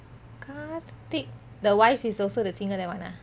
karthik the wife is also the singer that [one] ah